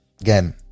again